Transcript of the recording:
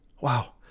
Wow